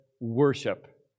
worship